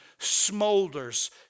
smolders